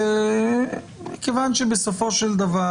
כיוון שבסופו של דבר,